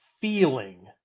feeling